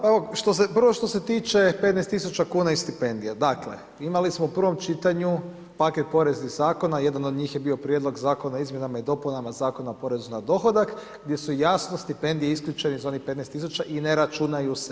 Prvo što se tiče 15 tisuća kuna i stipendija, dakle imali smo u prvom čitanju paket poreznih zakona, jedan od njih je bio prijedlog Zakona o izmjenama i dopunama Zakona o porezu na dohodak gdje su jasno stipendije isključene iz onih 15 tisuća i ne računaju se.